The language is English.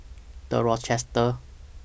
The Rochester